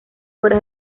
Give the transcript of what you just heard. fuera